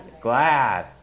Glad